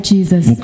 Jesus